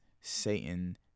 Satan